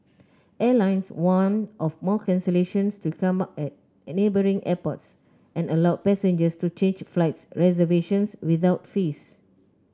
airlines warned of more cancellations to come at at neighbouring airports and allowed passengers to change flight reservations without fees